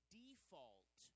default